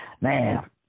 man